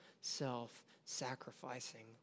self-sacrificing